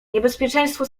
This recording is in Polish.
niebezpieczeństwo